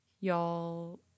Y'all